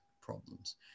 problems